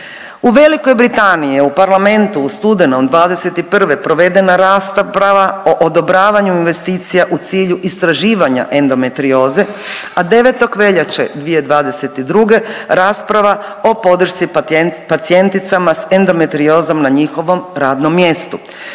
U Velikoj Britaniji je u Parlamentu u studenom '21. provedena rasprava o odobravanju investicija u cilju istraživanja endometrioze, a 9. veljače 2022. rasprava o podršci pacijenticama sa endometriozom na njihovom radnom mjestu.